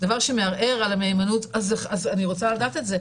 יביא לערעור על המהימנות, אז אני רוצה לדעת את זה.